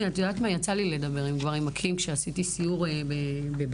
יצא לי לדבר עם גברים מכים כשעשיתי סיור בבתים.